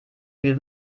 viel